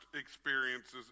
experiences